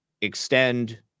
extend